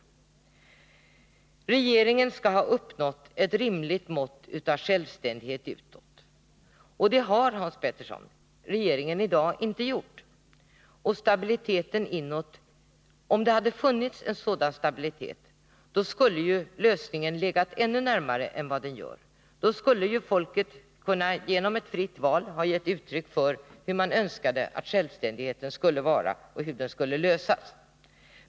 Den regering som avses skall ha uppnått ett rimligt mått av självständighet utåt — det har, Hans Petersson, regeringen i dag inte gjort — och stabilitet inåt. Om det hade funnits en sådan stabilitet, skulle lösningen ha legat närmare än vad den gör. Då skulle folket genom fritt val ha gett uttryck för hur man önskade att självständigheten skulle utformas och hur problemen skulle lösas.